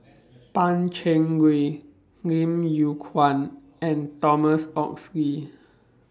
Pan Cheng Lui Lim Yew Kuan and Thomas Oxley